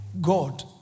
God